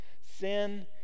Sin